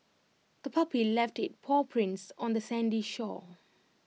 the puppy left its paw prints on the sandy shore